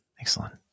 Excellent